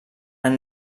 han